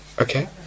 okay